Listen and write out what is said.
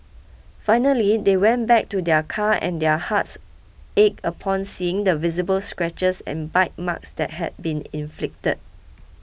finally they went back to their car and their hearts ached upon seeing the visible scratches and bite marks that had been inflicted